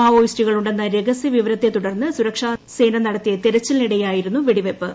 മാവോയിസ്റ്റുകൾ ഉണ്ടെന്ന രഹസ്യ വിവരത്തെ തുടർന്ന് സുരക്ഷാ സേന നടത്തിയ തെരച്ചിലിനിടെയായിരുന്നു വെടിവെയ്പ്പ്